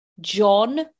John